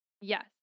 yes